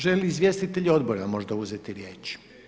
Želi li izvjestitelj odbora možda uzeti riječ?